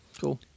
cool